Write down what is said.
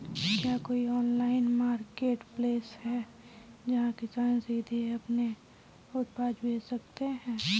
क्या कोई online marketplace है जहाँ किसान सीधे अपने उत्पाद बेच सकते हैं?